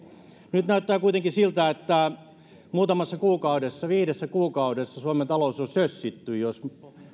nyt näyttää kuitenkin siltä että muutamassa kuukaudessa viidessä kuukaudessa suomen talous on sössitty jos